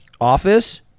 office